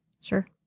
Sure